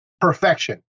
perfection